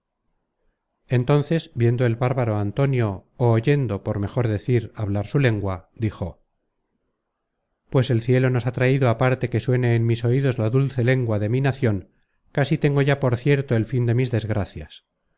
entonces viendo el bárbaro antonio ó oyendo por mejor decir hablar su lengua dijo pues el cielo nos ha traido á parte que suene en mis oidos la dulce lengua de mi nacion casi tengo ya por cierto el fin de mis desgracias